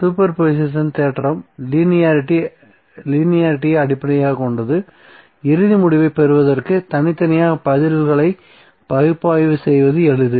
super position தேற்றம் லீனியாரிட்டியை அடிப்படையாகக் கொண்டது இறுதி முடிவைப் பெறுவதற்கு தனித்தனியாக பதில்களைப் பகுப்பாய்வு செய்வது எளிது